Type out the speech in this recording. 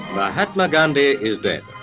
mahatma gandhi is dead.